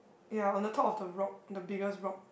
ya on the top of the rock the biggest rock